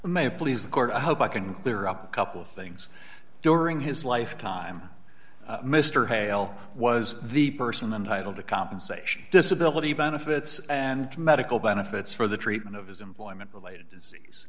and may it please the court i hope i can clear up a couple things during his life time mr hale was the person entitle to compensation disability benefits and medical benefits for the treatment of his employment related disease